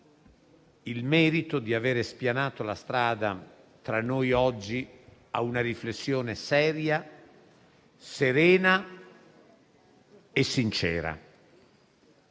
il merito di avere spianato la strada tra noi, oggi, a una riflessione seria, serena e sincera.